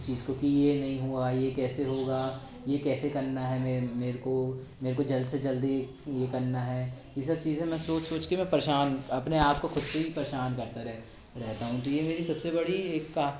उस चीज़ को कि ये नहीं हुआ ये कैसे होगा ये कैसे करना है मेरे मुझको मुझको जल्द से जल्द ही ये करना है ये सब चीज़ें मैं सोच सोचके मैं परेशान अपने आप को खुद से ही परेशान करता रहता हूँ तो ये मेरी सबसे बड़ी एक